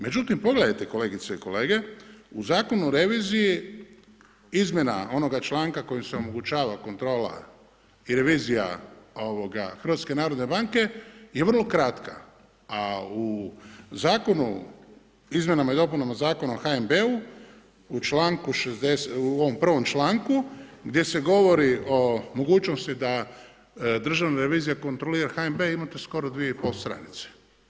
Međutim, pogledajte kolegice i kolege, u Zakonu o reviziji izmjena onog članka kojim se omogućava kontrola i revizija HNB-a je vrlo kratka, a u izmjenama i dopunama Zakona o HNB-u u 1. članku gdje se govori o mogućnosti da Državna revizija kontrolira HNB imate skor 2,5 stranice.